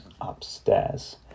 upstairs